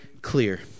clear